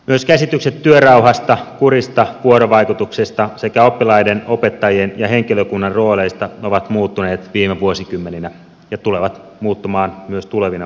myös käsitykset työrauhasta kurista vuorovaikutuksesta sekä oppilaiden opettajien ja henkilökunnan rooleista ovat muuttuneet viime vuosikymmeninä ja tulevat muuttumaan myös tulevina vuosikymmeninä